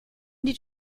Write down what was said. did